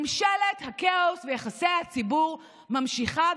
ממשלת הכאוס ויחסי הציבור ממשיכה,